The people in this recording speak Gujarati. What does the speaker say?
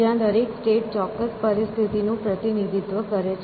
જ્યાં દરેક સ્ટેટ ચોક્કસ પરિસ્થિતિનું પ્રતિનિધિત્વ કરે છે